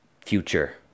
future